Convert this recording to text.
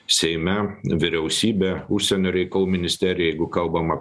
seime vyriausybė užsienio reikalų ministerija jeigu kalbama